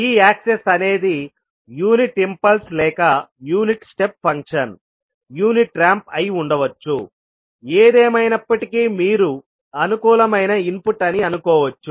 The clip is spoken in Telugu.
ఈ యాక్సెస్ అనేది యూనిట్ ఇంపల్స్ లేక యూనిట్ స్టెప్ ఫంక్షన్యూనిట్ ర్యాంప్ అయి ఉండవచ్చు ఏదేమైనప్పటికీ మీరు అనుకూలమైన ఇన్పుట్ అని అనుకోవచ్చు